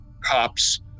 cops